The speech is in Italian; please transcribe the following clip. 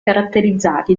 caratterizzati